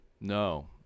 no